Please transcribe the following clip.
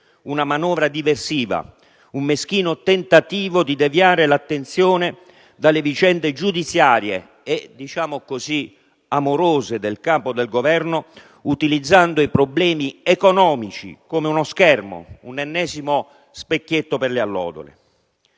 una manovra diversiva, un meschino tentativo di deviare l'attenzione dalle vicende giudiziarie e amorose, diciamo così, del Capo del Governo utilizzando i problemi economici come uno schermo, un ennesimo specchietto per le allodole.